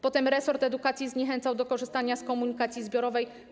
Potem resort edukacji zniechęcał do korzystania z komunikacji zbiorowej.